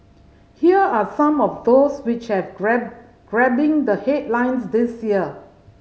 here are some of those which have grab grabbing the headlines this year